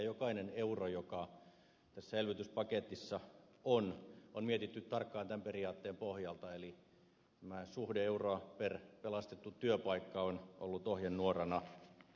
jokainen euro joka tässä elvytyspaketissa on on mietitty tarkkaan tämän periaatteen pohjalta eli suhde euroa per pelastettu työpaikka on ollut ohjenuorana